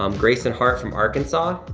um grayson hart from arkansas,